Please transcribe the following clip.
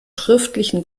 schriftlichen